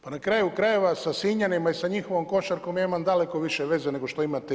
Pa na kraju krajeva sa Sinjanima i sa njihovom košarkom ja imam daleko više veze, nego što imate vi.